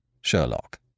Sherlock